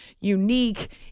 unique